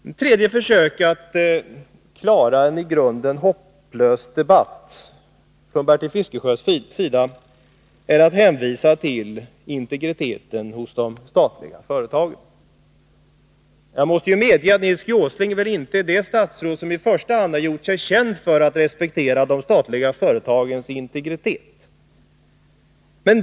Det tredje försöket från Bertil Fiskesjös sida att klara en i grunden hopplös debatt är att hänvisa till integriteten hos de statliga företagen. Jag måste medge att Nils G. Åsling inte är det statsråd som i första hand har gjort sig känd för att respektera de statliga företagens integritet.